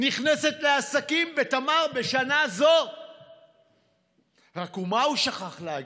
נכנסת לעסקים בתמר בשנה זו, רק מה הוא שכח להגיד?